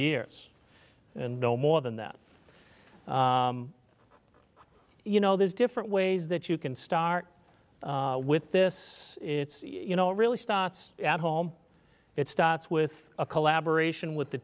years and no more than that you know there's different ways that you can start with this it's you know it really starts at home it starts with a collaboration with the